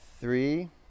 three